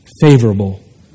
favorable